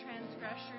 transgressors